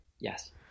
Yes